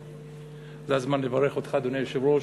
אוה, זה הזמן לברך אותך, אדוני היושב-ראש,